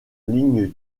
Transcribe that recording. ligne